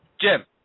Jim